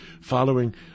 following